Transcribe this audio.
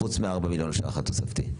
חוץ מ-4 מיליון ש"ח התוספתי.